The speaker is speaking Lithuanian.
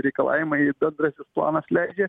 reikalavimai bendrasis planas leidžia